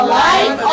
life